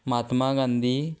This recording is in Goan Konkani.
महात्मा गांधी